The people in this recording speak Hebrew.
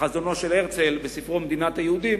בחזונו של הרצל בספרו "מדינת היהודים"